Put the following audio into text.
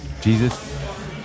Jesus